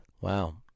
Wow